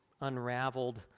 unraveled